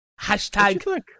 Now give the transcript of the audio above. hashtag